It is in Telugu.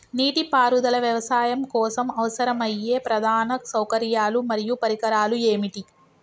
నీటిపారుదల వ్యవసాయం కోసం అవసరమయ్యే ప్రధాన సౌకర్యాలు మరియు పరికరాలు ఏమిటి?